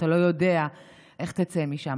אתה לא יודע איך תצא משם,